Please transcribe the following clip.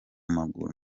maguru